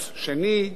רביעי וחמישי,